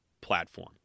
platform